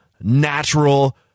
natural